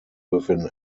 within